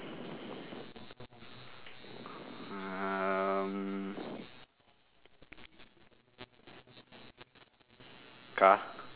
car